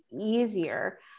easier